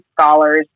scholars